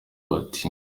bati